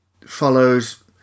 follows